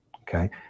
okay